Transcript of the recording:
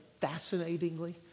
fascinatingly